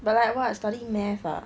but like what study math ah